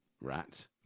Rat